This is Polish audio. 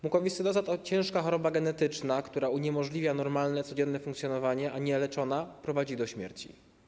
Mukowiscydoza to ciężka choroba genetyczna, która uniemożliwia normalne, codzienne funkcjonowanie, a nieleczona prowadzi do śmierci.